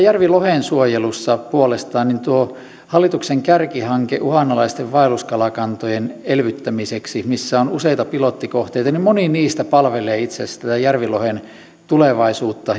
järvilohen suojelussa puolestaan hallituksen kärkihankkeessa uhanalaisten vaelluskalakantojen elvyttämiseksi missä on useita pilottikohteita moni niistä palvelee itse asiassa tätä järvilohen tulevaisuutta